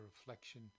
reflection